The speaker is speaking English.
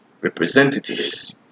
Representatives